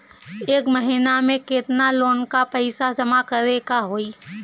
एक महिना मे केतना लोन क पईसा जमा करे क होइ?